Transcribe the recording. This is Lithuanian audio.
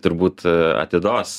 turbūt atidos